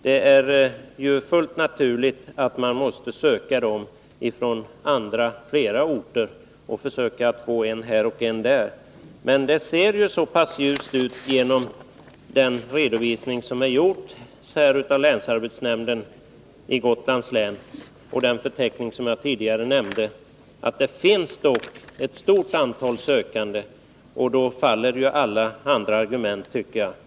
Det är fullt naturligt att man måste söka dem på flera andra orter och försöka få en här och en där. Det ser emellertid ljust ut, att döma av den redovisning som gjorts av länsarbetsnämnden i Gotlands län och den förteckning jag tidigare nämnde. Det finns dock ett stort antal sökande, och då faller alla andra argument, tycker jag.